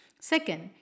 Second